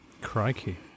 Crikey